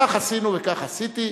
כך עשינו, כך עשיתי.